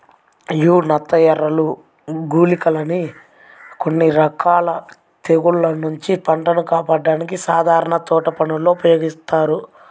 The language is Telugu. యీ నత్తఎరలు, గుళికలని కొన్ని రకాల తెగుల్ల నుంచి పంటను కాపాడ్డానికి సాధారణంగా తోటపనుల్లో ఉపయోగిత్తారు